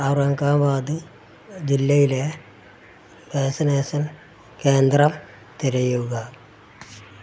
ഔറംഗാബാദ് ജില്ലയിലെ വാക്സിനേഷൻ കേന്ദ്രം തിരയുക